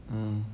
mm